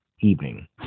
evening